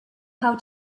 how